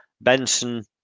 Benson